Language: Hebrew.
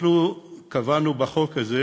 אנחנו קבענו בחוק הזה